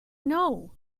know